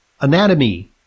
anatomy